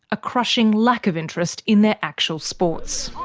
a crushing lack of interest in their actual sports.